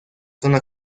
zona